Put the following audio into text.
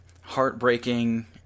heartbreaking